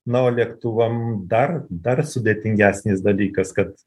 na o lėktuvam dar dar sudėtingesnis dalykas kad